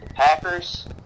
Packers